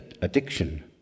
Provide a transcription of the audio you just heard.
addiction